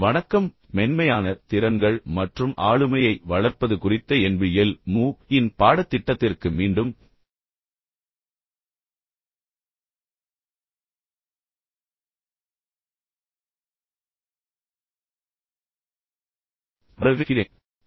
வணக்கம் மென்மையான திறன்கள் மற்றும் ஆளுமையை வளர்ப்பது குறித்த NPTEL MOOC இன் பாடத்திட்டத்திற்கு மீண்டும் வரவேற்கிறேன்